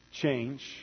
change